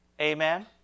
Amen